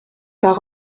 par